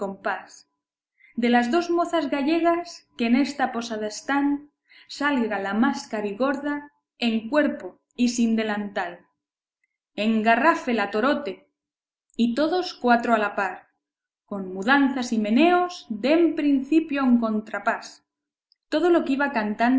de las dos mozas gallegas que en esta posada están salga la más carigorda en cuerpo y sin delantal engarráfela torote y todos cuatro a la par con mudanzas y meneos den principio a un contrapás todo lo que iba cantando